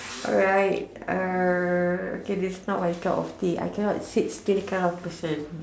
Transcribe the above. alright uh okay this is not my cup of tea I cannot sit still kind of person